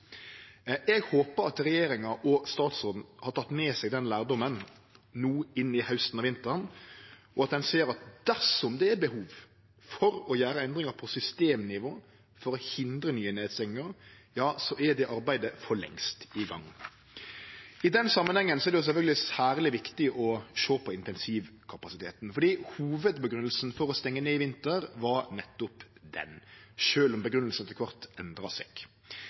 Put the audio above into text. Eg håpar at regjeringa og statsråden tek med seg den lærdomen inn i hausten og vinteren, og at dersom ein har sett at det er behov for å gjere endringar på systemnivå for å hindre nye nedstengingar, er det arbeidet for lengst i gang. I den samanhengen er det sjølvsagt særleg viktig å sjå på intensivkapasiteten, for hovudgrunngjevinga for å stengje ned i vinter var nettopp den, sjølv om grunngjevinga etter kvart endra seg.